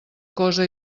cosa